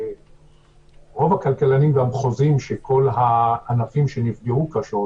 רוב הכלכלנים גם חוזים שכל הענפים שנפגעו קשות